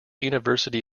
university